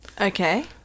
Okay